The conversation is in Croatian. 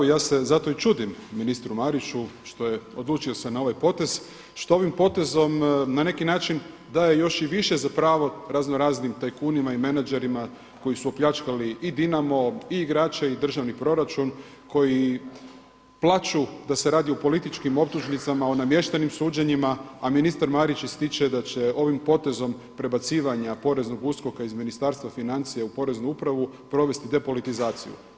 Ja se zato i čudim ministru Mariću što je odlučio se na ovaj potez, što ovim potezom na neki način daje još i više za pravo raznoraznim tajkunima i menadžerima koji su opljačkali i Dinamo i igrače i državni proračun koji plaču da se radi o političkim optužnicama, o namještenim suđenjima, a ministar Marić ističe da će ovim potezom prebacivanja poreznog USKOK-a iz Ministarstva financija u poreznu upravu provesti depolitizaciju.